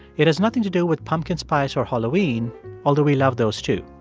it has nothing to do with pumpkin spice or halloween although we love those too.